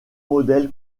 modèle